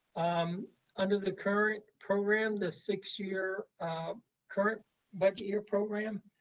um under the current program, the six-year current budget year program,